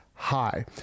high